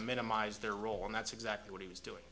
minimize their role and that's exactly what he was doing